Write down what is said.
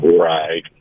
Right